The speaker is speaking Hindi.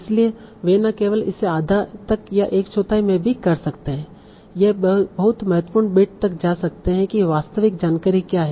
इसलिए वे न केवल इसे आधा तक या एक चौथाई में भी कर सकते हैं वे बहुत महत्वपूर्ण बिट तक जा सकते हैं कि वास्तविक जानकारी क्या है